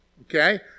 okay